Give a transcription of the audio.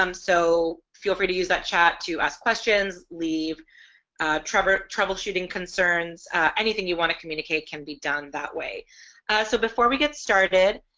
um so feel free to use that chat to ask questions leave troubleshooting troubleshooting concerns anything you want to communicate can be done that way so before we get started,